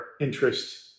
interest